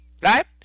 right